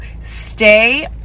stay